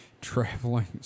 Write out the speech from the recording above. Traveling